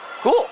Cool